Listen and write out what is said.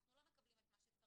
אנחנו לא מקבלים את מה שצריך,